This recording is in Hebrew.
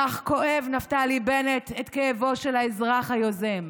כך כואב נפתלי בנט את כאבו של האזרח היוזם,